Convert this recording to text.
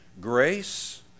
Grace